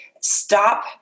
stop